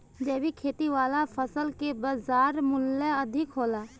जैविक खेती वाला फसल के बाजार मूल्य अधिक होला